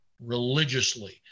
religiously